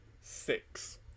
Six